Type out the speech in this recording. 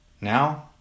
Now